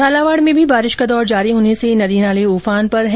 झालावाड़ में भी बारिश का दौर जारी होने से नदी नाले उफान पर हैं